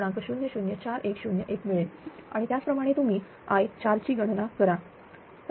004101 मिळेल आणि त्याच प्रमाणे तुम्ही i4 ची गणना करा